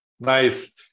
Nice